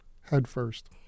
headfirst